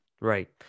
Right